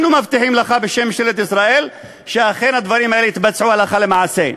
אנחנו מבטיחים לך בשם ממשלת ישראל שאכן הדברים האלה יתבצעו הלכה למעשה.